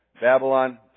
Babylon